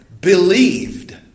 believed